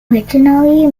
originally